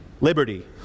Liberty